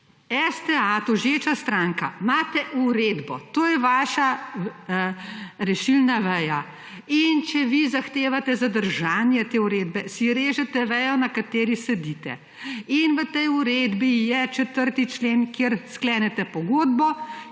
STA, tožeča stranka, imate uredbo, to je vaša rešilna veja. In če vi zahtevate zadržanje te uredbe, si režete vejo, na kateri sedite. In v tej uredbi je 4. člen, kjer sklenete pogodbo.